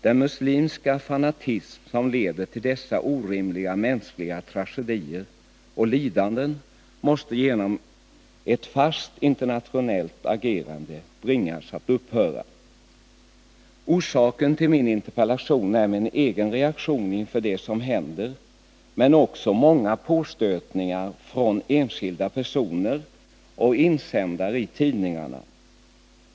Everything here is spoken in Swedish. Den muslimska fanatism som leder till dessa orimliga mänskliga tragedier och lidanden måste genom ett fast internationellt agerande bringas att upphöra. Orsaken till min interpellation är min egen reaktion inför det som händer, men också många påstötningar från enskilda personer och insändare i tidningarna.